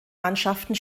mannschaften